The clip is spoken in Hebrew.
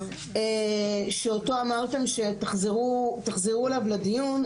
שאותו אמרתם שתחזרו אליו לדיון.